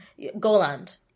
goland